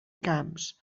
camps